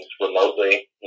remotely